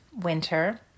winter